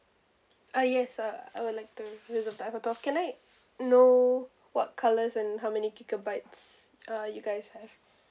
uh yes uh I would like to reserve the iphone twelve can I know what colours and how many gigabytes uh you guys have